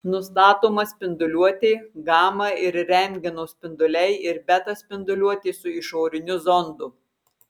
nustatoma spinduliuotė gama ir rentgeno spinduliai ir beta spinduliuotė su išoriniu zondu